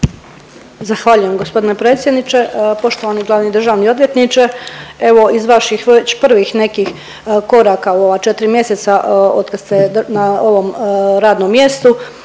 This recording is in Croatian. Zahvaljujem gospodine predsjedniče. Poštovani glavni državni odvjetniče evo iz vaših već prvih nekih koraka u ova 4 mjeseca od kad na ovom radnom mjestu